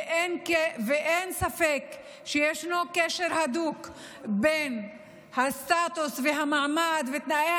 אין ספק שיש קשר הדוק בין הסטטוס והמעמד ותנאי